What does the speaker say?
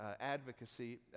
advocacy